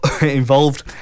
involved